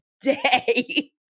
day